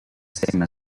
same